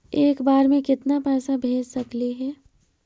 एक बार मे केतना पैसा भेज सकली हे?